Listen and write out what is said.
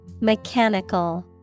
Mechanical